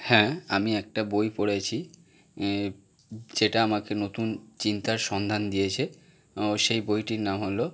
হ্যাঁ আমি একটা বই পড়েছি যেটা আমাকে নতুন চিন্তার সন্ধান দিয়েছে সেই বইটির নাম হল